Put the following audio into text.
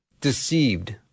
deceived